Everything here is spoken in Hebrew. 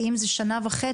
כי אם זה שנה וחצי,